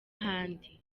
ahandi